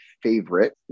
favorite